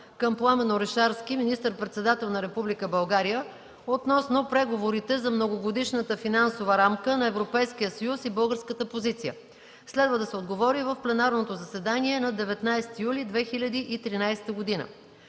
към Пламен Орешарски – министър-председател на Република България, относно преговорите за многогодишната финансова рамка на Европейския съюз и българската позиция. Следва да се отговори в пленарното заседание на 19 юли 2013 г.;